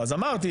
מנהל ועדה,